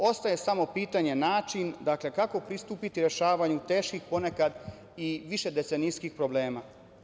Ostaje samo pitanje načina, kako pristupiti rešavanju teških, ponekad i višedecenijskih problema.